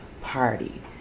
Party